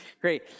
Great